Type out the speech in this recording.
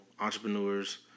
entrepreneurs